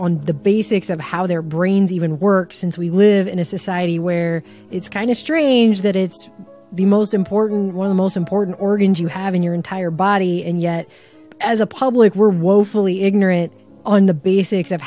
on the basics of how their brains even work since we live in a society where it's kind of strange that it's the most important one the most important organs you have in your entire body and yet as a public were woefully ignorant on the basics of